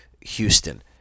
Houston